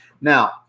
Now